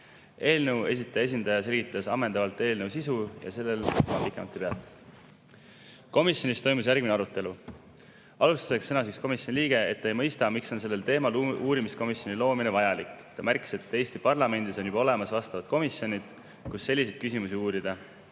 Eelnõu esitaja esindaja selgitas [ka siin] ammendavalt eelnõu sisu ja sellel ma pikemalt ei peatu. Komisjonis toimus järgmine arutelu. Alustuseks sõnas üks komisjoni liige, et ta ei mõista, miks on sellel teemal uurimiskomisjoni loomine vajalik. Ta märkis, et Eesti parlamendis on juba olemas komisjonid, kus selliseid küsimusi uurida,